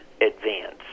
advance